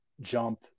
jump